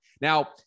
Now